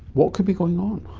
what could be going on?